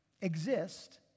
exist